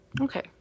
Okay